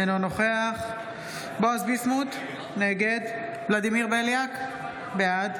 אינו נוכח בועז ביסמוט, נגד ולדימיר בליאק, בעד